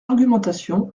argumentation